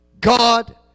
God